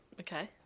okay